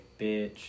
bitch